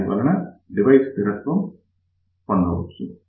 దానివలన డివైస్ స్థిరత్వం పొందవచ్చు